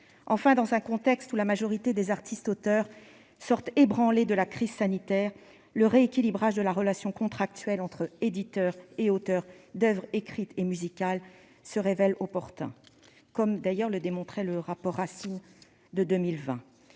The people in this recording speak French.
Enfin, dans un contexte où la majorité des artistes-auteurs sortent ébranlés de la crise sanitaire, le rééquilibrage de la relation contractuelle entre éditeurs et auteurs d'oeuvres écrites et musicales se révèle opportun, comme le démontrait déjà le rapport Racine de 2020.